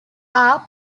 are